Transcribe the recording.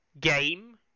game